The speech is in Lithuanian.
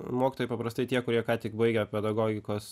mokytojai paprastai tie kurie ką tik baigę pedagogikos